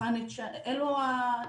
אלו הדברים שאנחנו עושים.